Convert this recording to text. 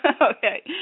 Okay